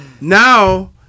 Now